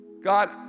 God